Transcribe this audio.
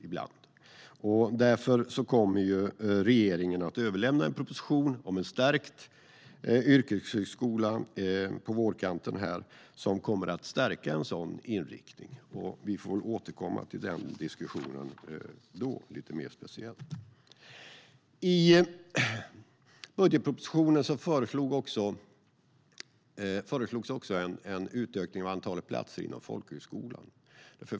Regeringen kommer därför att överlämna en proposition om en stärkt yrkeshögskola nu på vårkanten. Den kommer att stärka en sådan inriktning. Vi får återkomma till den diskussionen då, lite mer specifikt. I budgetpropositionen föreslogs också en utökning av antalet platser inom folkhögskolan.